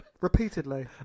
repeatedly